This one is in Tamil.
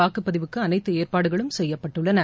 வாக்குப்பதிவுக்கு அனைத்து ஏற்பாடுகளும் செய்யப்பட்டுள்ளன